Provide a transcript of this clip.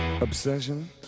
obsession